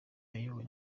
yayobowe